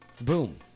boom